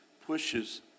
pushes